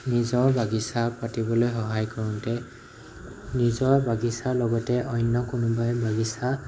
নিজৰ বাগিছা পাতিবলৈ সহায় কৰোঁতে নিজৰ বাগিছাৰ লগতে অন্য কোনোবাই বাগিছা